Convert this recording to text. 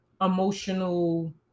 emotional